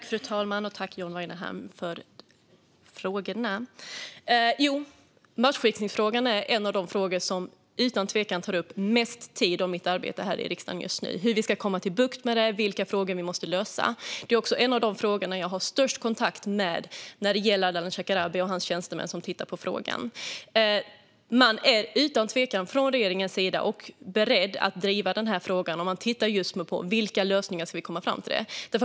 Fru talman! Tack, John Weinerhall, för frågorna! Matchfixningsfrågan är utan tvekan en av de frågor som tar upp mest tid av mitt arbete här i riksdagen just nu: Hur ska vi få bukt med det, och vilka frågor måste vi lösa? Det är också en av de frågor där jag har mest kontakt med Ardalan Shekarabi och hans tjänstemän som tittar på frågan. Man är utan tvekan från regeringens sida beredd att driva frågan, och man tittar just nu på vilka lösningar som man kan komma fram till.